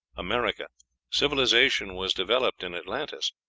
america civilization was developed in atlantis,